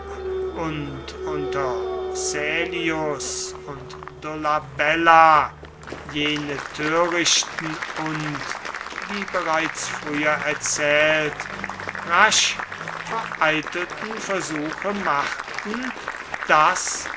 und unter caelius und dolabella jene törichten und wie bereits früher erzählt rasch vereitelten versuche machten das